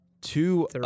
two